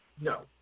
No